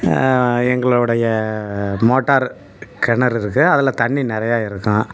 எங்களுடைய மோட்டாரு கிணறு இருக்குது அதில் தண்ணி நிறையா இருக்கும்